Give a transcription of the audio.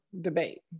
debate